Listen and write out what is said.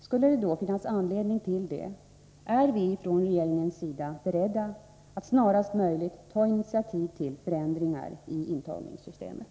Skulle det då finnas anledning till det, är vi från regeringens sida beredda att snarast möjligt ta initiativ till förändringar i intagningssystemet.